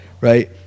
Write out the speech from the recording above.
right